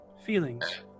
feelings